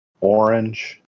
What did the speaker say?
Orange